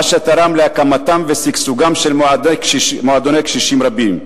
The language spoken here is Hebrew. מה שתרם להקמתם ושגשוגם של מועדוני קשישים רבים.